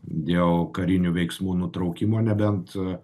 dėl karinių veiksmų nutraukimo nebent